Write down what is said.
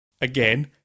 again